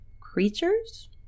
creatures